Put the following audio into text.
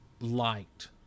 liked